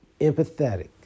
Empathetic